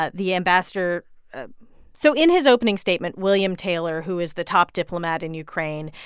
ah the ambassador so in his opening statement, william taylor, who is the top diplomat in ukraine,